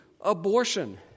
abortion